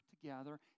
together